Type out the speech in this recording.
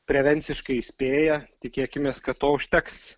prevenciškai įspėja tikėkimės kad to užteks